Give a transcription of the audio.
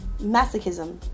masochism